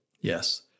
Yes